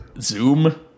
Zoom